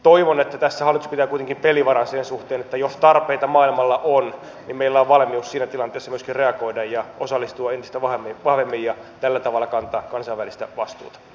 toivon että tässä hallitus pitää kuitenkin pelivaraa sen suhteen että jos tarpeita maailmalla on niin meillä on valmius siinä tilanteessa myöskin reagoida ja osallistua entistä vahvemmin ja tällä tavalla kantaa kansainvälistä vastuuta